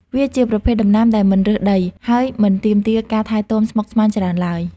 វាជាប្រភេទដំណាំដែលមិនរើសដី ហើយមិនទាមទារការថែទាំស្មុគស្មាញច្រើនឡើយ។